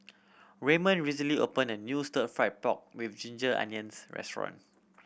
Raymond recently opened a new Stir Fried Pork With Ginger Onions restaurant